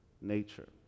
nature